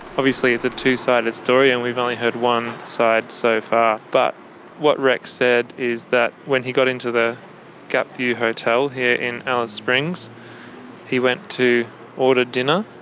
obviously it's a two sided story and we've only heard one side so far, but what rex said is that when he got into the gap view hotel here in alice springs he went to order dinner.